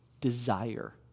desire